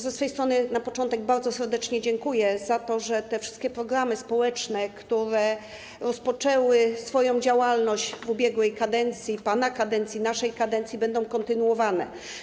Ze swojej strony na początek bardzo serdecznie dziękuję za to, że te wszystkie programy społeczne, które rozpoczęły swoją działalność w ubiegłej kadencji, pana kadencji, naszej kadencji, będą kontynuowane.